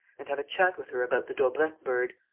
and have a chat with her about the daubrecq bird.